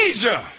Asia